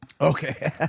Okay